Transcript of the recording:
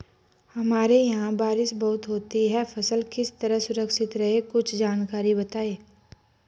हमारे यहाँ बारिश बहुत होती है फसल किस तरह सुरक्षित रहे कुछ जानकारी बताएं?